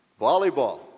Volleyball